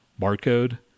Barcode